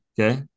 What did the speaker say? Okay